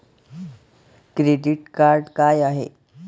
Credit card का हाय?